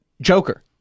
Joker